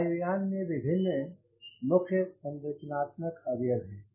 वायु यान में विभिन्न मुख्य संरचनात्मक अवयव हैं